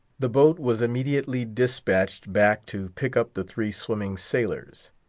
the boat was immediately dispatched back to pick up the three swimming sailors.